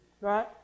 right